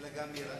אלא גם ייראה.